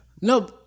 no